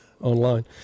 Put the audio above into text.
online